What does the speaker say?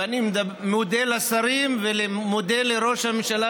ואני מודה לשרים ומודה לראש הממשלה,